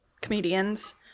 comedians